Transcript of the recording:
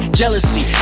jealousy